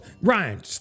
ryan